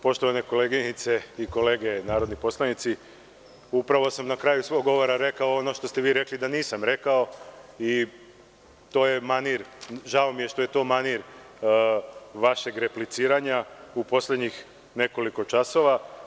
Poštovana koleginice i kolege narodni poslanici, upravo sam na kraju svog govora rekao ono što ste vi rekli da nisam rekao i to je manir vašeg repliciranja u poslednjih nekoliko časova.